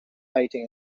fighting